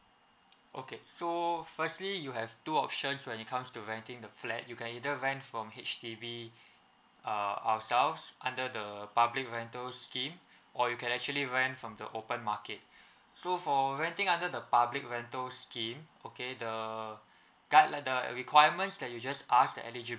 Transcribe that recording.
okay so firstly you have two options when it comes to renting the flat you can either rent from H_D_B ah ourselves under the public rental scheme or you can actually rent from the open market so for renting under the public rental scheme okay the guide the requirements that you just ask the eligibility